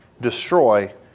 destroy